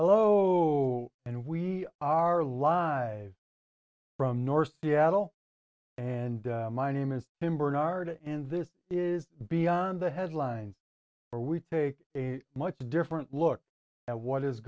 hello and we are live from north seattle and my name is ember narda and this is beyond the headline or we take a much different look at what is